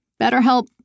BetterHelp